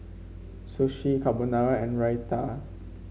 Sashimi Carbonara and Raita